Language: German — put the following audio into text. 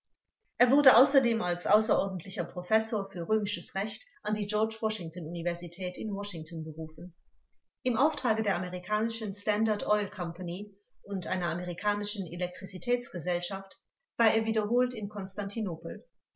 er wurde außerdem als außerordentlicher professor für römisches recht an die george washington universität in washington berufen im auftrage der amerikanischen standard oil compagnie und einer amerikanischen elektrizitätsgesellschaft war er wiederholt in